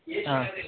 ಹಾಂ